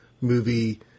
movie